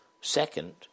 second